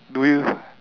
do you